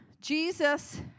Jesus